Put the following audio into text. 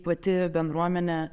pati bendruomenė